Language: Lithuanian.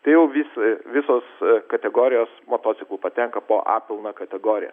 tai jau visai visos kategorijos motociklų patenka po a pilna kategorija